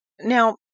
Now